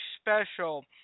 special